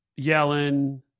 Yellen